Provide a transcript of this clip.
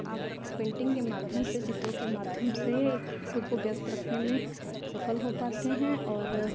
आप पेंटिंग के माध्यम से चित्रों के माध्यम से खुद को व्यस्त रखने में सफल हो पाते हैं और